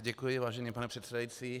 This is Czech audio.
Děkuji, vážený pane předsedající.